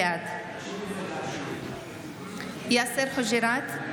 בעד יאסר חוג'יראת,